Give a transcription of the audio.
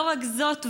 זאת ועוד,